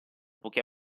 poche